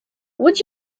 would